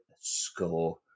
score